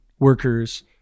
workers